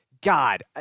God